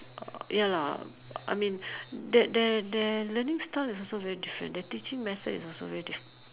uh ya lah I mean their their their learning style is also very different their teaching method is also very diff~